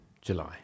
July